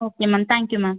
okay ma'am thank you ma'am